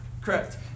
Correct